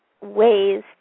ways